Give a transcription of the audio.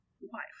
wife